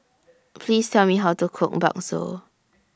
Please Tell Me How to Cook Bakso